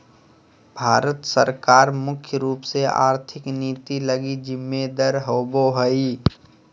भारत सरकार मुख्य रूप से आर्थिक नीति लगी जिम्मेदर होबो हइ